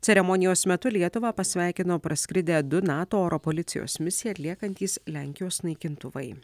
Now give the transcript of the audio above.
ceremonijos metu lietuvą pasveikino praskridę du nato oro policijos misiją atliekantys lenkijos naikintuvai